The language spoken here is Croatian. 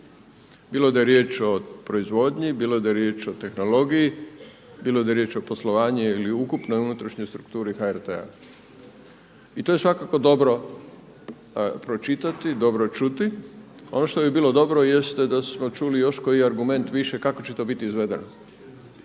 bilo da je riječ o proizvodnji, bilo da je riječ o tehnologiji, bilo da je riječ o poslovanju ili ukupnoj unutrašnjoj strukturi HRT-a i to je svakako dobro pročitati, dobro čuti. Ono što bi bilo dobro jeste da smo čuli još koji argument više kako će to biti izvedeno.